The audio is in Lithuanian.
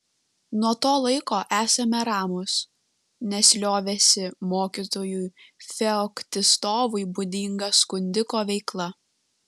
nuo to laiko esame ramūs nes liovėsi mokytojui feoktistovui būdinga skundiko veikla